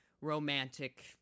Romantic